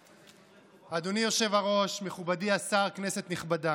אדוני היושב-ראש, מכובדי השר, כנסת נכבדה,